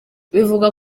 bivugwa